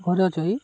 ଘରେ ଅଛ କି